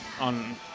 on